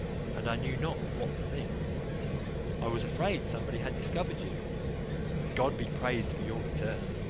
and i knew not what to think i was afraid somebody had discovered you god be praised for your return.